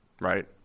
right